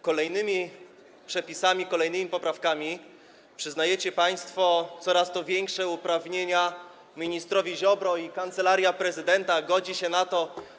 Kolejnymi przepisami, kolejnymi poprawkami przyznajecie państwo coraz to większe uprawnienia ministrowi Ziobrze i Kancelaria Prezydenta godzi się na to.